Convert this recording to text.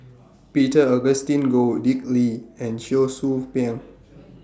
Peter Augustine Goh Dick Lee and Cheong Soo Pieng